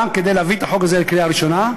כדי להביא את החוק הזה לקריאה ראשונה.